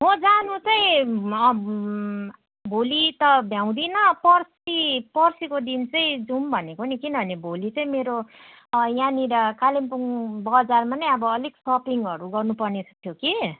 हो जानु चाहिँ अँ भोलि त भ्याउँदिनँ पर्सि पर्सिको दिन चाहिँ जाउँ भनेको नि किनभने भोलि चाहिँ मेरो अँ यहाँनिर कालिम्पोङ बजारमा पनि अब अलिक सपिङहरू गर्नुपर्ने थियो कि